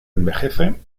envejece